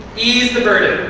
ease the burden.